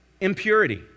Impurity